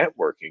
networking